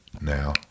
now